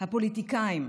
הפוליטיקאים.